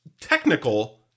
technical